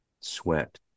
sweat